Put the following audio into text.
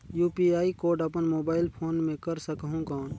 UPI code अपन mobile phone मे कर सकहुं कौन?